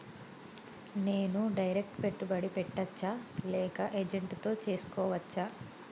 నేను డైరెక్ట్ పెట్టుబడి పెట్టచ్చా లేక ఏజెంట్ తో చేస్కోవచ్చా?